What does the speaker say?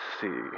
see